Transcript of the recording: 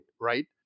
right